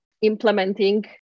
implementing